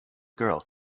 girl